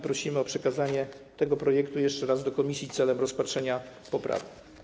Prosimy o przekazanie tego projektu jeszcze raz do komisji celem rozpatrzenia poprawek.